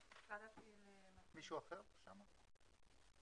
אפרת, אני רוצה